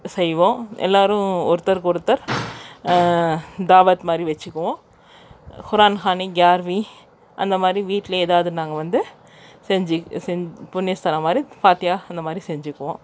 செய்வோம் எல்லாரும் ஒருத்தருக்கொருத்தர் தாவத் மாதிரி வச்சிக்கிவோம் ஹுரான் ஹனி கியார்வி அந்தமாதிரி வீட்டிலே எதாவது நாங்கள் வந்து செஞ்சு செஞ்சு புண்ணியஸ்தலம் மாதிரி பாத்தியா அந்தமாதிரி செஞ்சிப்போம்